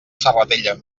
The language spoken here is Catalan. serratella